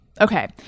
Okay